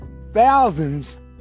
thousands